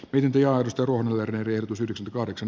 yhdyjaosto on arvioitu sidos variksen